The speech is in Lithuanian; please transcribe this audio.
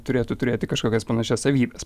turėtų turėti kažkokias panašias savybes